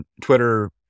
Twitter